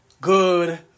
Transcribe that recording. good